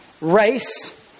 race